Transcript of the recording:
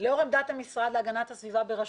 לאור עמדת המשרד להגנת הסביבה בראשותי,